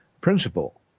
principle